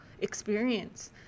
experience